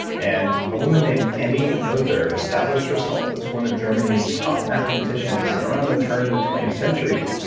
and a woman named emmy noether established herself as one of germany's top mathematician around the turn of the twentieth century.